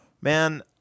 man